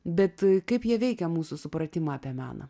bet kaip jie veikia mūsų supratimą apie meną